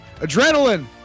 Adrenaline